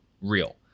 real